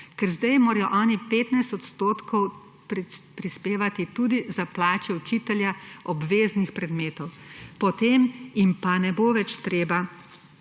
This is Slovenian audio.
ker zdaj morajo oni 15 % prispevati tudi za plače učitelja obveznih predmetov, potem jim pa ne bo več treba